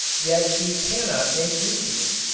yet he cannot make use of it.